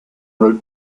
wrote